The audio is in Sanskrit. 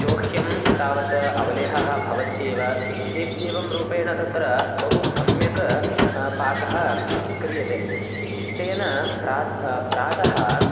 चोह्यं तावत् अवलेहः भवत्येव इत्येवं रूपेण तत्र बहु सम्यक् पाकः क्रियते तेन प्र प्रातः